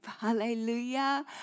Hallelujah